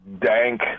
dank